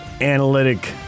analytic